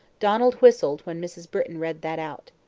donald whistled when mrs. britton read that out.